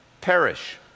perish